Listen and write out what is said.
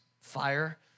fire